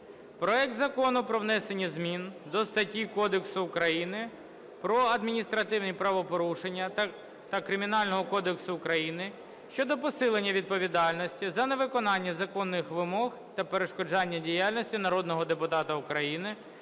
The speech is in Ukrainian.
проект Закону про внесення змін до статті Кодексу України про адміністративні правопорушення та Кримінального кодексу України щодо посилення відповідальності за невиконання законних вимог та перешкоджання діяльності народного депутата України,